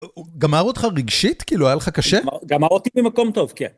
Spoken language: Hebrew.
הוא גמר אותך רגשית? כאילו היה לך קשה? גמר אותי ממקום טוב, כן.